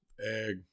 egg